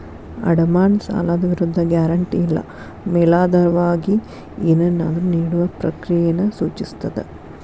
ಅಡಮಾನ ಸಾಲದ ವಿರುದ್ಧ ಗ್ಯಾರಂಟಿ ಇಲ್ಲಾ ಮೇಲಾಧಾರವಾಗಿ ಏನನ್ನಾದ್ರು ನೇಡುವ ಪ್ರಕ್ರಿಯೆಯನ್ನ ಸೂಚಿಸ್ತದ